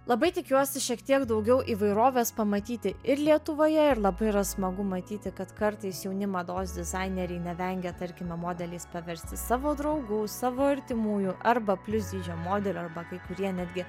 labai tikiuosi šiek tiek daugiau įvairovės pamatyti ir lietuvoje ir labai yra smagu matyti kad kartais jauni mados dizaineriai nevengia tarkime modeliais paversti savo draugų savo artimųjų arba plius dydžio modelio arba kai kurie netgi